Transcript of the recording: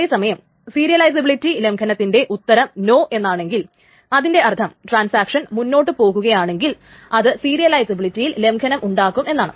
അതേസമയം സീരിയലൈസബിലിറ്റി ലംഘനത്തിന്റെ ഉത്തരം നോ എന്നാണെങ്കിൽ അതിന്റെ അർത്ഥം ട്രാൻസാക്ഷൻ മുന്നോട്ടു പോകുകയാണെങ്കിൽ അത് സീരിയലൈസബിലിറ്റിയിൽ ലംഘനം ഉണ്ടാകും എന്നാണ്